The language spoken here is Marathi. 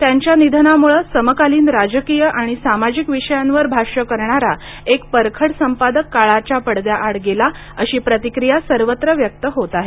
त्यांच्या निधनामुळे समकालीन राजकीय आणि सामाजिक विषयांवर भाष्य करणारा एक परखड संपादक काळाच्या पडद्याआड गेला अशी प्रतिक्रिया सर्वत्र व्यक्त होत आहे